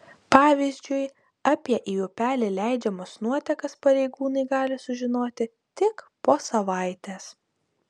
pavyzdžiui apie į upelį leidžiamas nuotekas pareigūnai gali sužinoti tik po savaitės